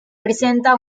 presenta